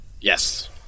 yes